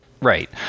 Right